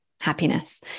happiness